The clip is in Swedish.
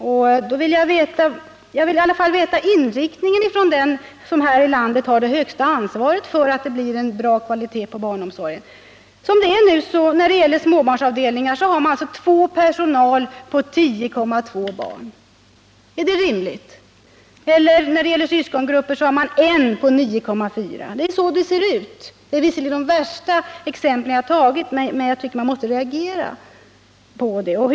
Jag vill i alla fall få ett besked om inriktningen hos den som här i landet har det högsta ansvaret för att det blir en bra kvalitet på barnomsorgen. På småbarnsavdelningarna har man f. n. 2 anställda på 10,2 barn. Är det rimligt? När det gäller syskongrupper har man 1 anställd på 9,4 barn. Det är så det ser ut! Det är visserligen de värsta exemplen som jag har nämnt, men jag tycker att vi måste reagera på förhållandena.